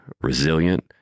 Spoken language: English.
resilient